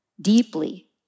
deeply